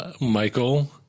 Michael